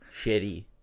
Shitty